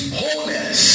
wholeness